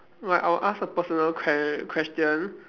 like I will ask a personal que~ question